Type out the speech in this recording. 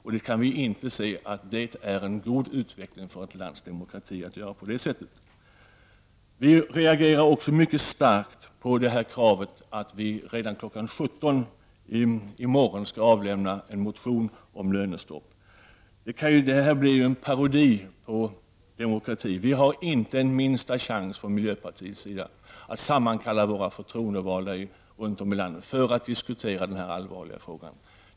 Vi kan inte se det som en god utveckling för landets demokrati att göra på det sättet. Vi reagerar mycket starkt på kravet att vi redan kl. 17.00 i morgon skall avlämna en motion om lönestoppet. Det blir ju en parodi på demokrati. Vi från miljöpartiets sida har inte den minsta chans att sammankalla våra förtroendevalda runt om i landet för att diskutera denna allvarliga fråga.